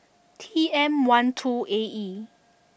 T M one two A E